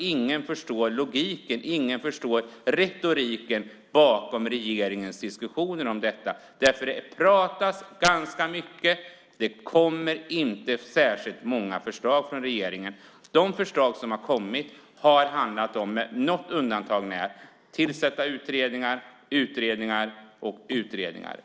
Ingen förstår logiken och retoriken bakom regeringens diskussioner om detta. Det pratas ganska mycket, men det kommer inte särskilt många förslag från regeringen. De förslag som har kommit har med något undantag handlat om att tillsätta utredningar, utredningar och utredningar.